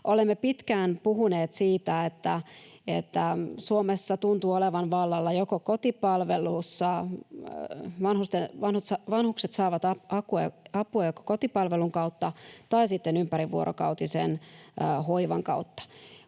Olemme pitkään puhuneet siitä, että Suomessa tuntuu olevan vallalla, että vanhukset saavat apua joko kotipalvelun kautta tai sitten ympärivuorokautisen hoivan kautta.